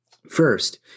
First